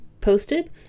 posted